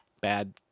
bad